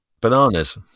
Bananas